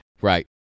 Right